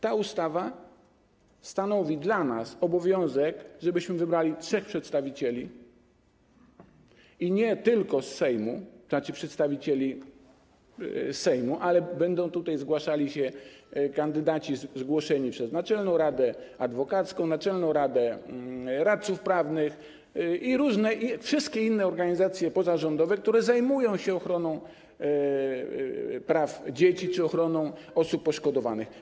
Ta ustawa stanowi dla nas obowiązek, żebyśmy wybrali trzech przedstawicieli, nie tylko przedstawicieli Sejmu, bo będą tutaj kandydaci zgłoszeni przez Naczelną Radę Adwokacką, naczelną radę radców prawnych i wszystkie inne organizacje pozarządowe, które zajmują się ochroną praw dzieci czy ochroną osób poszkodowanych.